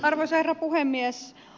arvoisa herra puhemies